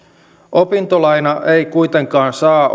opintolaina ei kuitenkaan saa